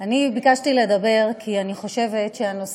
אני ביקשתי לדבר כי אני חושבת שהנושא